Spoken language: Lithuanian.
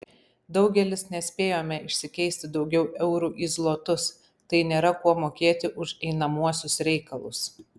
daugelis nespėjome išsikeisti daugiau eurų į zlotus tai nėra kuo mokėti už einamuosius reikalus